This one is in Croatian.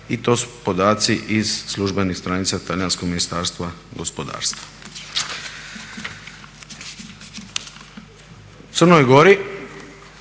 i to su podaci iz službenih stranica talijanskog ministarstva gospodarstva.